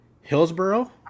Hillsboro